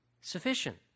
sufficient